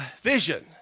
Vision